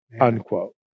unquote